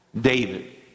David